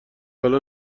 حالا